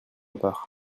part